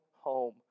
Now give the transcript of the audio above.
home